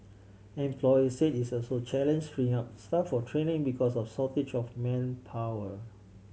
employer say it's also challenge freeing up staff for training because of shortage of manpower